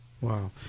Wow